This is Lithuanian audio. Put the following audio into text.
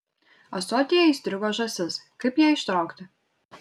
ąsotyje įstrigo žąsis kaip ją ištraukti